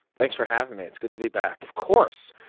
thanks for having me. it's good to be back of course.